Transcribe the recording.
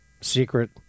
secret